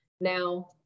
now